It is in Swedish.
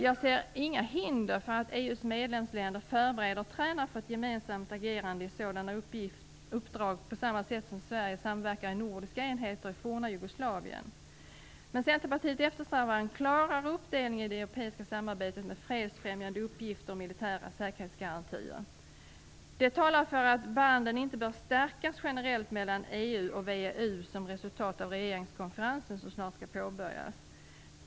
Jag ser däremot inga hinder för att EU:s medlemsländer förbereder och tränar för ett gemensamt agerande i sådana uppdrag på samma sätt som Sverige samverkar i nordiska enheter i det forna Centerpartiet eftersträvar en klarare uppdelning i det europeiska samarbetet mellan fredsfrämjande uppgifter och militära säkerhetsgarantier. Det talar för att banden inte bör stärkas generellt mellan EU och VEU som ett resultat av regeringskonferensen som snart skall påbörjas.